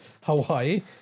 Hawaii